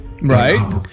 Right